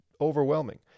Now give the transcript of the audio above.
overwhelming